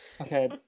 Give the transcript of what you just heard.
Okay